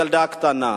ילדה קטנה.